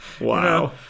Wow